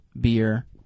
beer